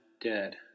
dead